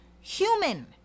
human